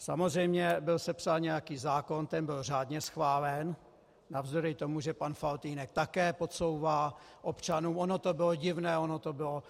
Samozřejmě byl sepsán nějaký zákon, ten byl řádně schválen navzdory tomu, že pan Faltýnek také podsouvá občanům: ono to bylo divné, ono to bylo pofidérní.